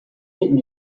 new